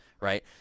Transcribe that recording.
Right